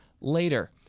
later